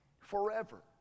forever